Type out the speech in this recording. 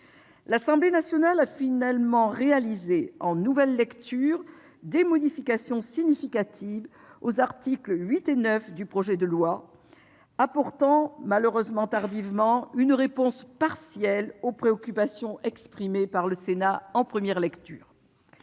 L'Assemblée nationale a finalement voté, en nouvelle lecture, des modifications significatives aux articles 8 et 9 du projet de loi. Ce faisant, elle a apporté, malheureusement de manière tardive, une réponse partielle aux préoccupations exprimées par le Sénat en première lecture.